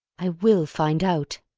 i will find out.